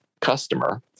customer